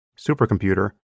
supercomputer